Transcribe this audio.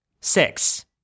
Six